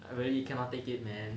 I really cannot take it man